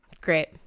Great